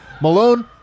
Malone